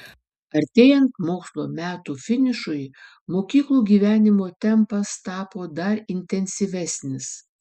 artėjant mokslo metų finišui mokyklų gyvenimo tempas tapo dar intensyvesnis